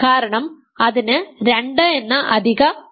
കാരണം അതിന് 2 എന്ന അധിക ഘടകം ഉണ്ട്